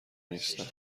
نیستند